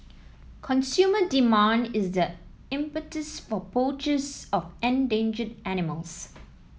consumer demand is the impetus for poachers of endangered animals